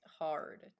hard